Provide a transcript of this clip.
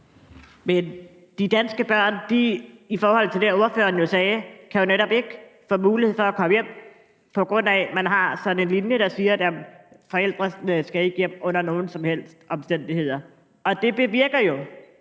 Men de danske børn kan jo netop ikke, jævnfør det, ordføreren sagde, få mulighed for at komme hjem, på grund af at man har sådan en linje, der siger, at forældrene ikke skal hjem under nogen som helst omstændigheder. Det bevirker jo,